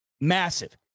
massive